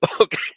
Okay